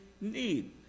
need